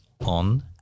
on